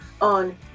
on